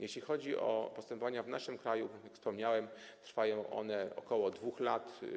Jeśli chodzi o postępowania w naszym kraju, to jak wspomniałem, trwają one ok. 2 lat.